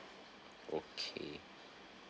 okay